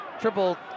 Triple